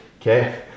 Okay